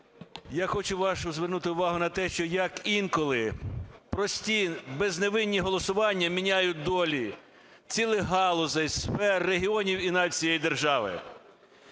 Я хочу вашу увагу звернути на те, що як інколи прості безневинні голосування міняють долі цілих галузей, сфер, регіонів і навіть всієї держави.